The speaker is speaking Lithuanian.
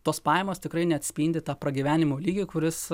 tos pajamos tikrai neatspindi tą pragyvenimo lygį kuris